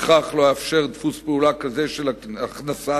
לפיכך לא אאפשר דפוס פעולה כזה, של הכנסת